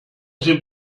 sind